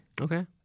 Okay